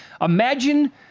Imagine